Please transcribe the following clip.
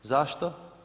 Zašto?